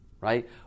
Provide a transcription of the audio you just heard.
Right